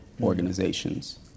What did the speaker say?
organizations